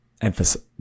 emphasis